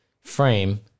frame